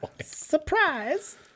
Surprise